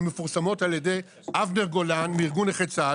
שמפורסמות על ידי אבנר גולן מארגון נכי צה"ל.